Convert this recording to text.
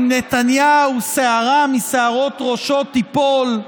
ואם נתניהו, שערה משערות ראשו תיפול,